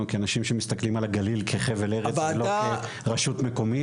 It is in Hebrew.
כאנשים שמסתכלים על הגליל כחבל ארץ ולא כרשות מקומית.